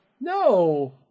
No